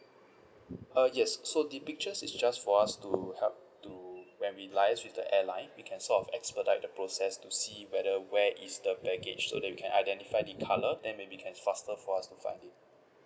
uh yes so the pictures is just for us to help to so when we liaise with the airline we can sort of expedite the process to see whether where is the package so that we can identify the colour then maybe can faster for us to find it